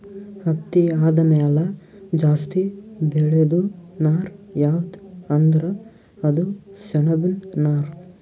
ಹತ್ತಿ ಆದಮ್ಯಾಲ ಜಾಸ್ತಿ ಬೆಳೇದು ನಾರ್ ಯಾವ್ದ್ ಅಂದ್ರ ಅದು ಸೆಣಬಿನ್ ನಾರ್